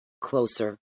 Closer